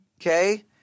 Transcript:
Okay